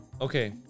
Okay